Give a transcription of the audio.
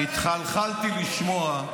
התחלחלתי לשמוע,